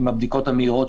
עם הבדיקות המהירות,